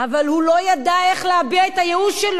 אבל הוא לא ידע איך להביע את הייאוש שלו.